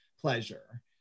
pleasure